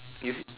you